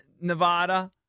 Nevada